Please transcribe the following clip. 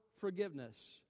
forgiveness